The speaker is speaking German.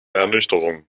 ernüchterung